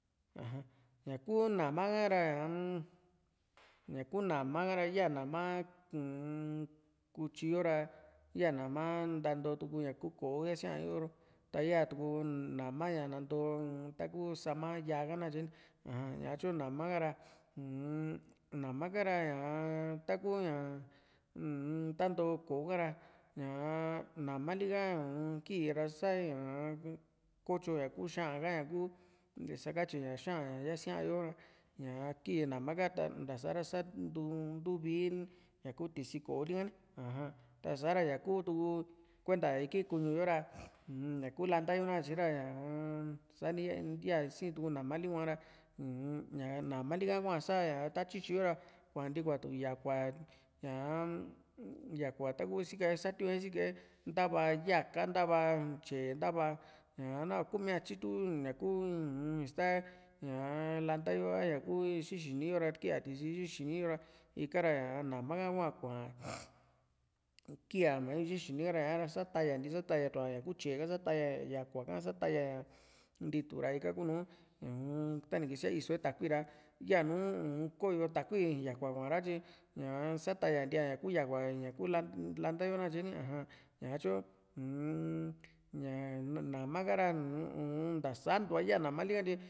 aja ñaku nama ha ra ñaa-m ñaku nama ha ra yaa nama uu-n kutyiyo ra yaa nama nantotuku ña ku ko´o yasia´yo ta yaatuku nama ña nanto uun taku sama yaa nakatye ni aja ñatyu namaka ra uu-n nama ka ra ñaa ta kuu ña uu-m ntantoo ko´o ha´ra ñaa namali ka aa kii ra sa ñaa kotyo ña ku xa´an ha ña kuu ntisakatyi ña xa´an ña yasiaa yo ñaa kii nama ka ta ntasa ra sa ntu ntu´vii ñaku tisi ko´o lika ni aja tasara ñaa kuu tuku kuentaiki kuñu yo ra uu ñaku lantayo nakatye ra ñaa sani ya yaa sii´n tuu namali hhua ra un namali ka kuasa ña ta tyityi yo ra kuanti kuatu yakua ñaa-m yakua taku sika satiun´e sika´e ntava yaaka ntava tye´e ntava nahua kuumi´a tyitu ñaku ista ñaa lanta yo a ña kuu ixi xini yo ra kee a tisi ixi xiniyo ra ikara ña nama ha hua kuaa´n kiiá mañu ixi xini ka raña´ra satyanti satayatu´a ña kuu tye´e ka Sataya ña yakuaa ha satayaña ntiitu ra ika kuu nùù ñuu-m tani kisiaa i´soo takui ra yanu uu-m koyo takui yakua kua´ra tyi ñaa stayanti´a ña kuu yakua ñakuu lanta yo na katye ni aja ñaa tyu uu-m ñaa nama ka ra uu-n nta saantu´a yaa namali ka tyi